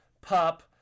pup